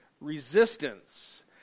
resistance